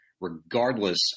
regardless